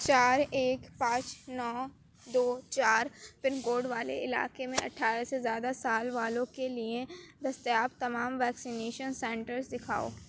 چار ایک پانچ نو دو چار پن کوڈ والے علاقے میں اٹھارہ سے زیادہ سال والوں کے لیے دستیاب تمام ویکسینیشن سنٹرس دکھاؤ